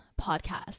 podcast